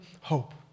hope